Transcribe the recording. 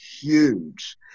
huge